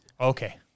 Okay